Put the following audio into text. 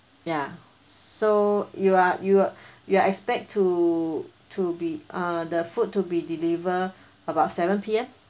ya so you are you are you are expect to to be err the food to be deliver about seven P_M